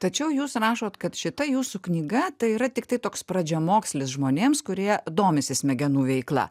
tačiau jūs rašot kad šita jūsų knyga tai yra tiktai toks pradžiamokslis žmonėms kurie domisi smegenų veikla